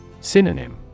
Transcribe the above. Synonym